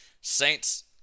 Saints